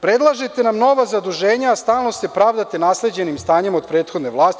Predlažete nam nova zaduženja, a stalno se pravdate nasleđenim stanjem od prethodne vlasti.